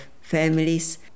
families